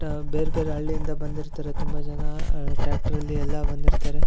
ಎಲ್ಲಾ ಡ ಬೇರ್ಬೇರೆ ಹಳ್ಳಿಯಿಂದ ಬಂದಿರ್ತಾರೆ ತುಂಬಾ ಜನ ಟ್ರ್ಯಾಕ್ಟರಲ್ಲಿ ಎಲ್ಲಾ ಬಂದಿರ್ತಾರೆ